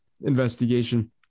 investigation